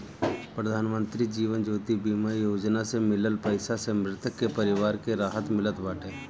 प्रधानमंत्री जीवन ज्योति बीमा योजना से मिलल पईसा से मृतक के परिवार के राहत मिलत बाटे